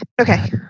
Okay